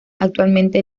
actualmente